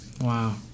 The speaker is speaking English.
Wow